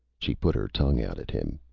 she put her tongue out at him.